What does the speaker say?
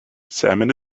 salmon